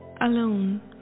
Alone